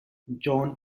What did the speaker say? josh